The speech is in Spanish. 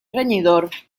reñidor